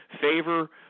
favor